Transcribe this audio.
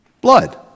Blood